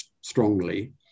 strongly